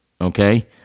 okay